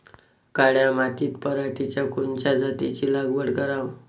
काळ्या मातीत पराटीच्या कोनच्या जातीची लागवड कराव?